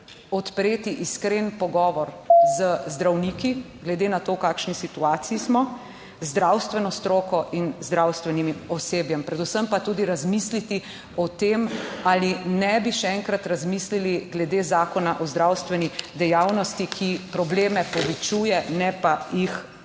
konec razprave/ z zdravniki glede na to, v kakšni situaciji smo, z zdravstveno stroko in zdravstvenim osebjem, predvsem pa tudi razmisliti o tem, ali ne bi še enkrat razmislili glede Zakona o zdravstveni dejavnosti, ki probleme povečuje, ne pa jih manjša.